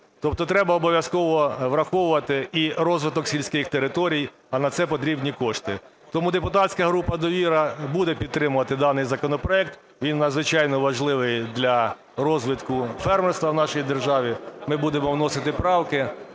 Тобто треба обов'язково враховувати і розвиток сільських територій, а на це потрібні кошти. Тому депутатська група "Довіра" буде підтримувати даний законопроект, він надзвичайно важливий для розвитку фермерства в нашій державі. Ми будемо вносити правки.